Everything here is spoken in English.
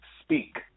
speak